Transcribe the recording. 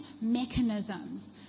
mechanisms